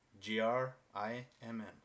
G-R-I-M-N